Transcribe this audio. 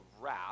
wrath